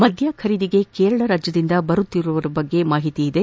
ಮದ್ಯ ಖರೀದಿಗೆ ಕೇರಳದಿಂದ ಬರುತ್ತಿರುವವರ ಬಗ್ಗೆ ಮಾಹಿತಿ ಇದೆ